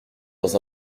dans